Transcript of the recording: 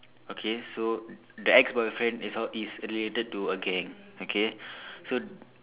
okay so the ex boyfriend is uh is related to a gang okay so